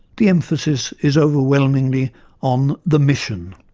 the emphasis is overwhelmingly on the mission,